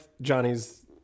Johnny's